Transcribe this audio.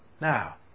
Now